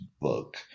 book